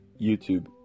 YouTube